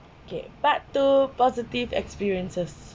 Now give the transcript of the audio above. okay part two positive experiences